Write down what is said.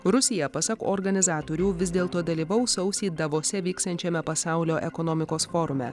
rusija pasak organizatorių vis dėlto dalyvaus sausį davose vyksiančiame pasaulio ekonomikos forume